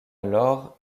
alors